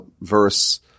verse